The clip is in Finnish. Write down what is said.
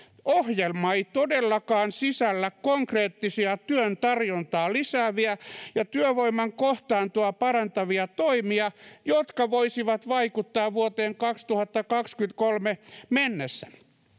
ohjelma ei todellakaan sisällä konkreettisia työn tarjontaa lisääviä ja työvoiman kohtaantoa parantavia toimia jotka voisivat vaikuttaa vuoteen kaksituhattakaksikymmentäkolme mennessä